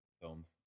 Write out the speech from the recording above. films